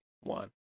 one